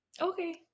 okay